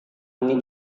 ini